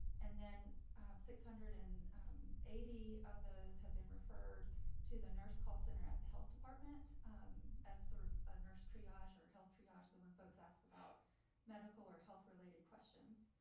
and then six hundred and eighty of those have been referred to the nurse call center at the health department as sort of ah nurse triage or health triage that when folks ask about medical or health related questions,